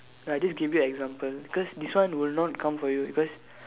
I just give you example cause this one will not come for you cause